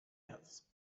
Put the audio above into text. else